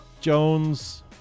jones